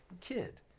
kid